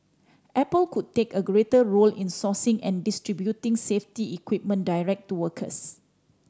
apple could take a greater role in sourcing and distributing safety equipment direct to workers